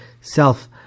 self